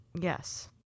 Yes